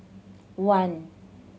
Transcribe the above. one